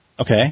Okay